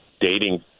dating